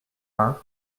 vingt